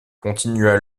continua